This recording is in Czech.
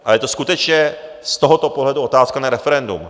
A je to skutečně z tohoto pohledu otázka na referendum.